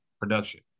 production